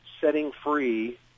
setting-free